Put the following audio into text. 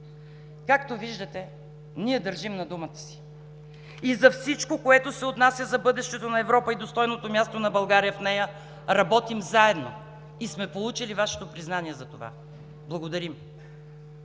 Както виждате, ние държим на думата си и за всичко, което се отнася за бъдещето на Европа и достойното място на България в нея, работим заедно и сме получили Вашето признание за това. Благодарим.